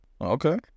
Okay